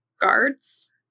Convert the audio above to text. guards